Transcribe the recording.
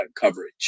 coverage